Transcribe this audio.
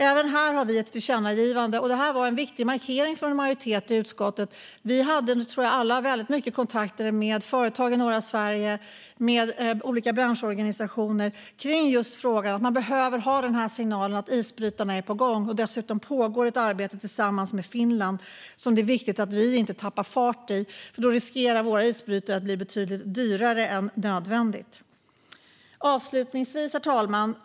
Även här har vi ett tillkännagivande, vilket var en viktig markering från en majoritet i utskottet. Jag tror att vi alla hade väldigt mycket kontakt med företag i norra Sverige och med olika branschorganisationer kring just frågan om att man behöver ha signalen att isbrytarna är på gång. Dessutom pågår ett arbete tillsammans med Finland som det är viktigt att vi inte tappar fart i. Då riskerar våra isbrytare att bli betydligt dyrare än nödvändigt. Herr talman!